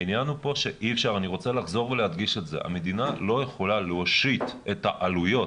העניין הוא פה שהמדינה לא יכולה להשית את העלויות,